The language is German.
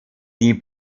die